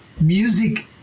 music